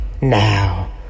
Now